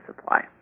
supply